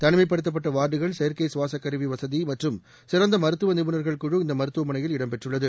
தனிமைப்படுத்தப்பட்டவார்டுகள் செயற்கைசுவாசகருவிவசதிமற்றும் சிறந்தமருத்துவநிபுணர்கள் குழு இந்தமருத்துவமனையில் இடம் பெற்றுள்ளது